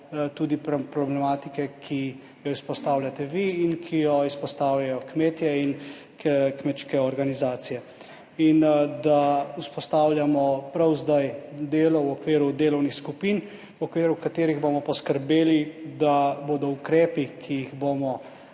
tudi problematike, ki jo izpostavljate vi in ki jo izpostavljajo kmetje in kmečke organizacije, in da prav zdaj vzpostavljamo delo v okviru delovnih skupin, v okviru katerih bomo poskrbeli, da bodo ukrepi, ki jih bomo